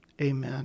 Amen